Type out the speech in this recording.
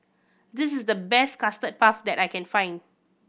this is the best Custard Puff that I can find